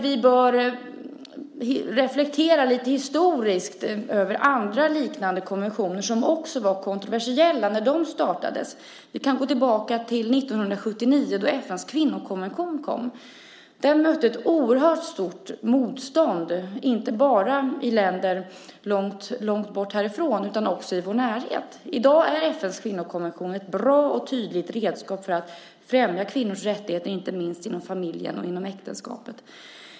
Vi bör reflektera lite historiskt över andra liknande konventioner som också var kontroversiella när de startades. Vi kan gå tillbaka till år 1979 då FN:s kvinnokonvention kom. Den mötte ett oerhört stort motstånd inte bara i länder långt bort härifrån utan också i vår närhet. I dag är FN:s kvinnokonvention ett bra och tydligt redskap för att främja kvinnors rättigheter inte minst inom familjen och inom äktenskapet.